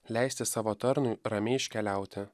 leisti savo tarnui ramiai iškeliauti